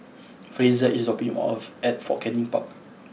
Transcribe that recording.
Frazier is dropping me off at Fort Canning Park